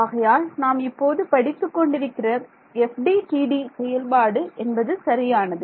ஆகையால் நாம் இப்போது படித்துக் கொண்டிருக்கிற FDTD செயல்பாடு என்பது சரியானது